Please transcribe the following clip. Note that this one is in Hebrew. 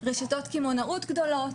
רשתות קמעונאות גדולות.